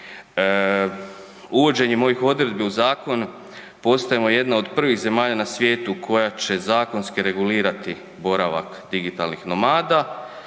Uvođenjem ovih odredbi u zakon postajemo jedna od prvih zemalja na svijetu koja će zakonski regulirati boravak digitalnih nomada.